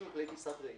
יש גם כללי טיסת ראייה,